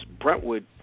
Brentwood